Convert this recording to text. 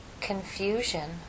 confusion